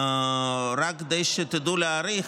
רק כדי שתדעו להעריך,